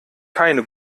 keine